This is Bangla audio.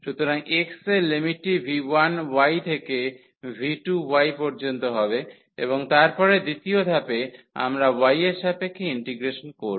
সুতরাং x এর লিমিটটি v1 থেকে v2 পর্যন্ত হবে এবং তারপরে দ্বিতীয় ধাপে আমরা y এর সাপেক্ষে ইন্টিগ্রেশন করব